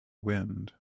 wind